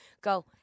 go